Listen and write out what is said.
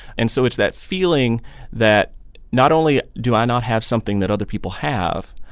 and so it's that feeling that not only do i not have something that other people have,